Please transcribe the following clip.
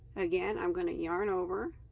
again, i'm gonna yarn over